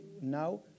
now